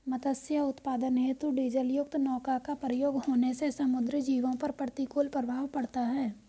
मत्स्य उत्पादन हेतु डीजलयुक्त नौका का प्रयोग होने से समुद्री जीवों पर प्रतिकूल प्रभाव पड़ता है